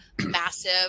massive